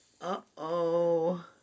Uh-oh